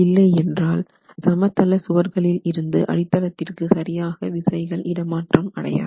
இல்லை என்றால் சமதள சுவர்களிலிருந்து அடித்தளத்திற்கு சரியாக விசைகள் இட மாற்றம் அடையாது